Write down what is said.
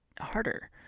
harder